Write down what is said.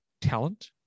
talent